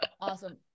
Awesome